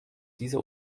dieser